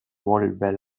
volver